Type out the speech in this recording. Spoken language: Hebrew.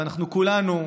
אנחנו כולנו,